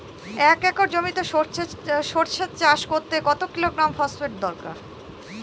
এক একর জমিতে সরষে চাষ করতে কত কিলোগ্রাম ফসফেট দরকার?